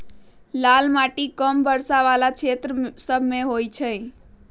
लाल माटि कम वर्षा वला क्षेत्र सभमें होइ छइ